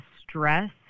stress